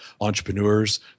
entrepreneurs